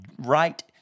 right